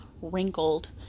wrinkled